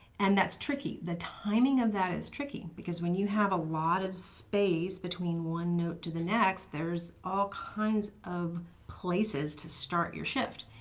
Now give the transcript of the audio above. and that's tricky, the timing of that is tricky because when you have a lot of space between one note to the next, there's all kinds of places to start your shift.